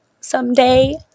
someday